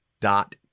dot